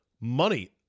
money